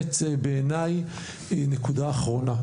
נקודה נוספת.